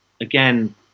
again